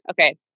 okay